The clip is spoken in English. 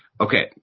Okay